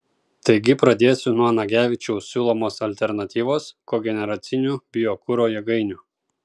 taigi pradėsiu nuo nagevičiaus siūlomos alternatyvos kogeneracinių biokuro jėgainių